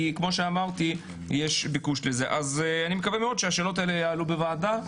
אז אני מקווה מאוד שהשאלות האלה יעלו בוועדה.